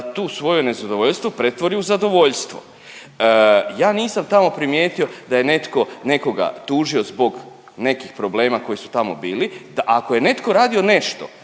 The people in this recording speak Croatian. to svoje nezadovoljstvo pretvori u zadovoljstvo. Ja nisam tamo primijetio da je netko nekoga tužio zbog nekih problema koji su tamo bili. Ako je netko radio nešto,